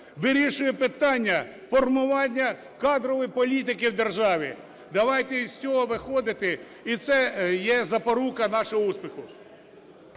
вирішує питання формування кадрової політики в державі. Давайте із цього виходити. І це є запорука нашого успіху.